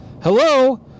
Hello